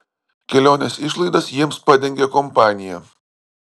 kelionės išlaidas jiems padengė kompanija